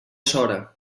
sora